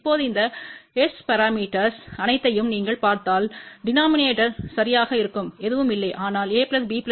இப்போது இந்த S parameters அனைத்தையும் நீங்கள் பார்த்தால் டெனோமினேடோர் சரியாகவே இருக்கும் எதுவும் இல்லை ஆனால் abcd